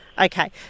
Okay